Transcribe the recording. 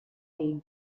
league